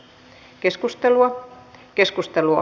keskustelua ei syntynyt